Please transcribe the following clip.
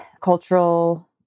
cultural